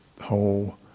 whole